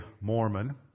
Mormon